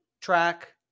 track